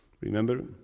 Remember